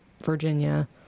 Virginia